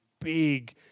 big